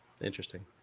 Interesting